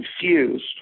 confused